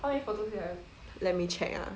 let me check ah